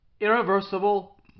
irreversible